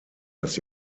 dass